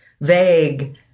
vague